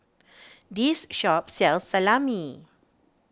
this shop sells Salami